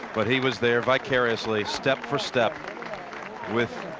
but he was there vicariously step for step with